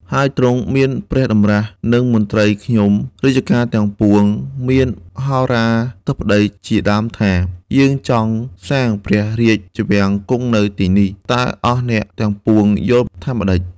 ហើយទ្រង់មានព្រះតម្រាស់នឹងមន្ត្រីខ្ញុំរាជការទាំងពួង មានហោរាធិបតីជាដើមថា " យើងចង់សាងព្រះរាជវាំងគង់នៅទីនេះ តើអស់អ្នកទាំងពួងយល់ថាម្ដេច ?